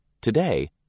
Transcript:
Today